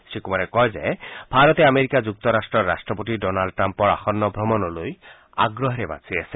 শ্ৰীকুমাৰে কয় যে ভাৰতে আমেৰিকা যুক্তৰাট্টৰ ৰাট্টপতি ডনাল্ড টাম্পৰ আসন্ন ভ্ৰমণলৈ আগ্ৰহেৰে বাট চাই আছে